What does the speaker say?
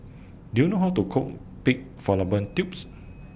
Do YOU know How to Cook Pig Fallopian Tubes